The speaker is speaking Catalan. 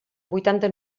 vuitanta